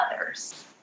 others